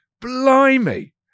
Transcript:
Blimey